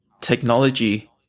technology